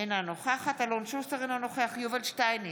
אינה נוכחת אלון שוסטר, אינו נוכח יובל שטייניץ,